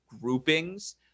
groupings